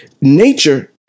nature